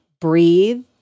breathe